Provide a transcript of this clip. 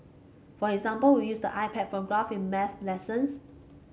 for example we use the iPad for graph in maths lessons